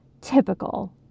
Typical